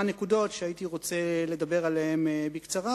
נקודות שהייתי רוצה לדבר עליהן בקצרה,